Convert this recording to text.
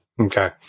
Okay